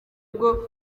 bwo